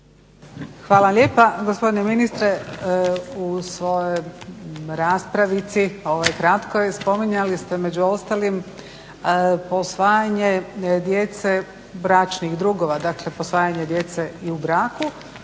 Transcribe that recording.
Hvala lijepa. Gospodine ministre u svojoj raspravici ovoj kratkoj spominjali ste među ostalim posvajanje djece bračnih drugova, dakle posvajanje djece i u braku